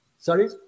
Sorry